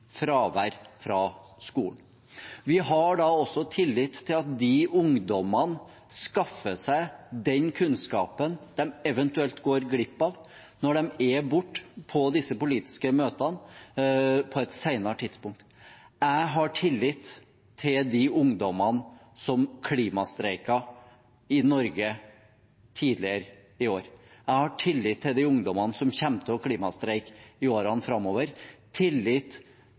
fravær fra skolen. Vi har da også tillit til at de ungdommene skaffer seg den kunnskapen de eventuelt går glipp av når de er borte på disse politiske møtene, på et senere tidspunkt. Jeg har tillit til de ungdommene som klimastreiket i Norge tidligere i år. Jeg har tillit til de ungdommene som kommer til å klimastreike i årene framover, tillit